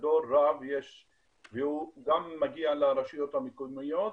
גדול ורב והוא גם מגיע לרשויות המקומיות,